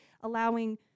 Allowing